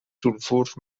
sulfurs